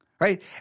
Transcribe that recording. right